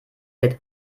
wird